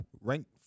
ranked